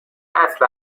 اصل